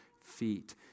feet